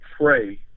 pray